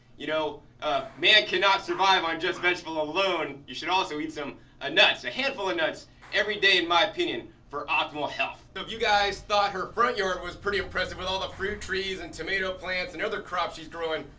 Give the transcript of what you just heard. you know ah man cannot survive on just vegetables alone. you should also eat some ah nuts a handful of and nuts every day, in my opinion for optimal health. so if you guys thought her front yard was pretty impressive with all the fruit trees and tomato plants and other crops she's growing,